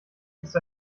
ist